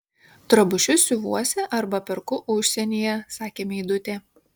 drabužius siuvuosi arba perku užsienyje sakė meidutė